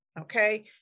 Okay